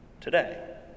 today